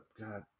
God